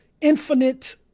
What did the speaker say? infinite